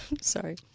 Sorry